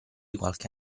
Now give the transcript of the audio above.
qualche